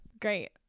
Great